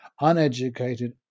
uneducated